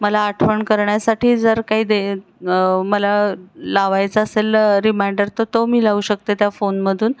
मला आठवण करण्यासाठी जर काही दे मला लावायचं असेल रिमाइंडर तर तो मी लावू शकते त्या फोनमधून